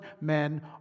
men